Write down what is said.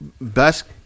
best